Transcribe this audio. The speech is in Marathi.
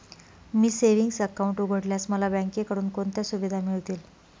मी सेविंग्स अकाउंट उघडल्यास मला बँकेकडून कोणत्या सुविधा मिळतील?